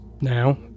now